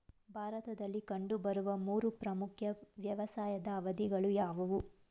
ಭಾರತದಲ್ಲಿ ಕಂಡುಬರುವ ಮೂರು ಪ್ರಮುಖ ವ್ಯವಸಾಯದ ಅವಧಿಗಳು ಯಾವುವು?